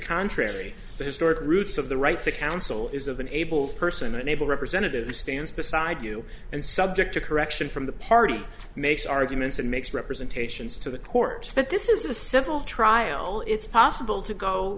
contrary the historic roots of the right to counsel is of an able person unable representatives stands beside you and subject to correction from the party makes arguments and makes representations to the court that this is a civil trial it's possible to go